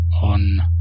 on